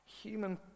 human